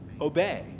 obey